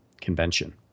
convention